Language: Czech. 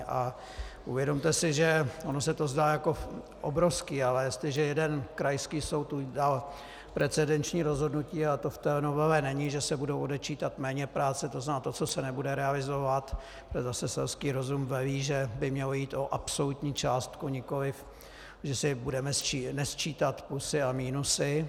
A uvědomte si, že ono se to zdá jako obrovské, ale jestliže jeden krajský soud už dal precedenční rozhodnutí, a to v té novele není, že se budou odečítat méněpráce, to znamená to, co se nebude realizovat, to je zase selský rozum a velí, že by mělo jít o absolutní částku, nikoli že budeme nesčítat plusy a minusy.